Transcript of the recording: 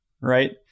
right